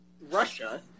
Russia